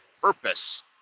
purpose